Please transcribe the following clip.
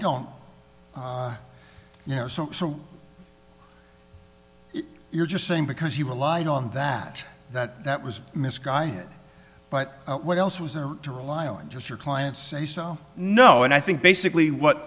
don't you know so so you're just saying because you rely on that that that was misguided but what else was there to rely on just your clients say so no and i think basically what